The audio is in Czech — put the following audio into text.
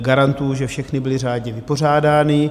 Garantuji, že všechny byly řádně vypořádány.